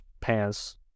pants